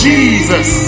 Jesus